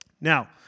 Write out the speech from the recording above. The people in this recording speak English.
Now